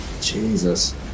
Jesus